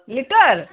litre